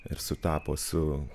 ir sutapo su